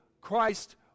Christ